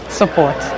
support